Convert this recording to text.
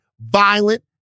violent